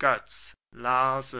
götz was